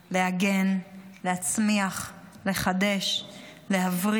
להגן, להצמיח, לחדש, להבריא,